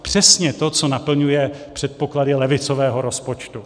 Přesně to, co naplňuje předpoklady levicového rozpočtu.